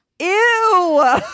Ew